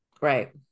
right